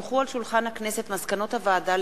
ולוח תיקונים להסתייגויות להצעת החוק.